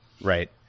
Right